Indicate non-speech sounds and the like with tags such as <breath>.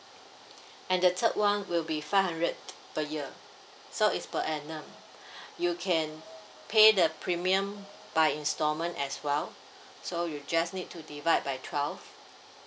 and the third one will be five hundred per year so it's per annum <breath> you can pay the premium by installment as well so you just need to divide by twelve